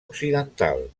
occidental